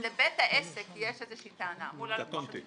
אם לבית העסק יש איזושהי טענה מול הלקוח,